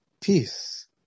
peace